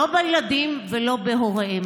לא בילדים ולא בהוריהם.